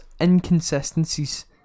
inconsistencies